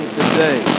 today